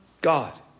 God